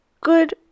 good